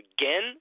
again